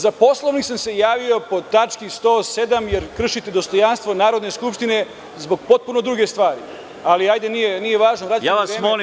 Za Poslovnik sam se javio po tački 107. jer kršite dostojanstvo Narodne skupštine zbog potpuno druge stvari, ali nije važno.